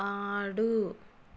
ఆడు